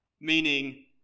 meaning